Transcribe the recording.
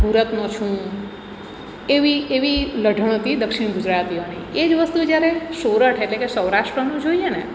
હુરતનો છું એવી એવી લઢણ હતી દક્ષિણ ગુજરાતીઓની એ જ વસ્તુ જ્યારે સોરઠ એટલે કે સૌરાષ્ટ્રનું જોઈએ ને